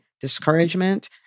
discouragement